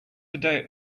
today